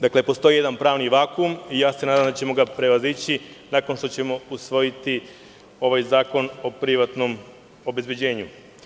Dakle, postoji jedan pravni vakum i nadam se daćemo ga prevazići nakon što ćemo usvojiti ovaj zakon o privatnom obezbeđenju.